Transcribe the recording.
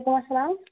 وعلیکُم اسلام